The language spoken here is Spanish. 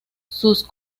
sus